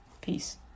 Peace